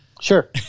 Sure